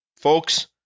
Folks